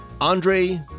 Andre